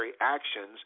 actions